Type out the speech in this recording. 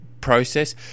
process